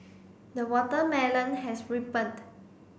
the watermelon has ripened